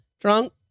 Drunk